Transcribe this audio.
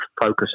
focus